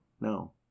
No